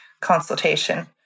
consultation